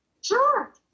Sure